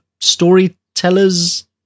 Storyteller's